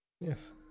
yes